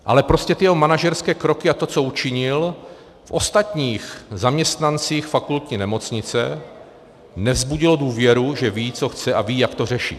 Ale prostě ty jeho manažerské kroky a to, co učinil, v ostatních zaměstnancích fakultní nemocnice nevzbudilo důvěru, že ví, co chce, a ví, jak to řešit.